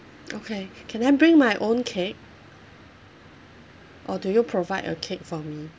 okay can I bring my own cake or do you provide a cake for me